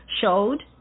showed